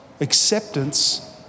acceptance